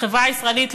החברה הישראלית,